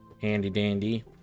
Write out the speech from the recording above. handy-dandy